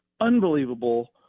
unbelievable